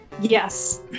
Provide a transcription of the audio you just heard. Yes